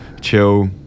chill